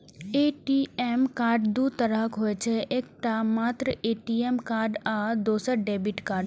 ATM card दू तरहक होइ छै, एकटा मात्र ए.टी.एम कार्ड आ दोसर डेबिट कार्ड